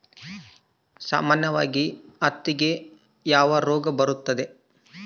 ಸಾಮಾನ್ಯವಾಗಿ ಹತ್ತಿಗೆ ಯಾವ ರೋಗ ಬರುತ್ತದೆ?